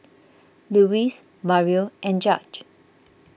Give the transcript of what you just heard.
Louise Mario and Judge